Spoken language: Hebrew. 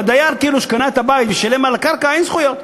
לדייר שקנה את הבית ושילם על הקרקע אין זכויות.